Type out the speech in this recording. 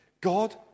God